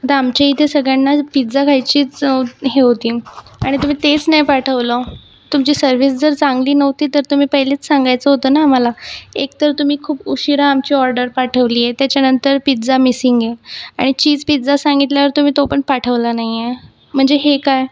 आता आमच्या इथे सगळ्यानांच पिझ्झा खायचीच हे होती आणि तुम्ही तेच नाही पाठवलं तुमची सर्विस जर चांगली नव्हती तर तुम्ही पहिलेच सांगायचं होतं ना आम्हाला एक तर तुम्ही खूप उशिरा आमची ऑर्डर पाठवली आहे त्याच्यानंतर पिझ्झा मिसिंग आहे आणि चीझ पिझ्झा सांगितल्यावर तुम्ही तो पण पाठवला नाही आहे म्हणजे हे काय